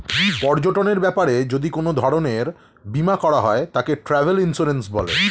পর্যটনের ব্যাপারে যদি কোন ধরণের বীমা করা হয় তাকে ট্র্যাভেল ইন্সুরেন্স বলে